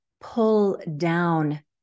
pull-down